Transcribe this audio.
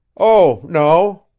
oh, no.